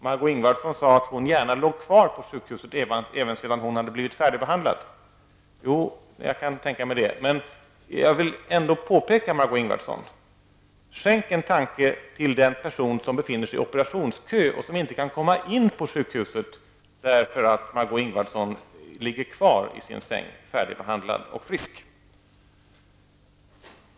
Margó Ingvardsson sade att hon gärna låg kvar på sjukhuset även sedan hon har blivit färdigbehandlad. Jo, jag kan tänka mig det. Men jag vill ändå påpeka, Margó Ingvardsson: Skänk en tanke åt den person som befinner sig i operationskö och som inte kan komma in på sjukhuset därför att Margó Ingvardsson ligger kvar i sin säng färdigbehandlad och frisk.